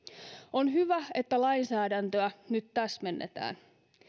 on hyvä että lainsäädäntöä nyt täsmennetään